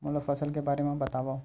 मोला फसल के बारे म बतावव?